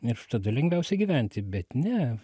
ir tada lengviausia gyventi bet ne